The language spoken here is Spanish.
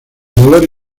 dolor